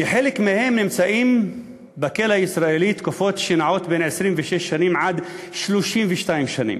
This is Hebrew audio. שחלק מהם נמצאים בכלא הישראלי תקופות שנעות מ-26 שנים עד 32 שנים,